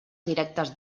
directes